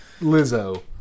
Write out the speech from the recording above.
Lizzo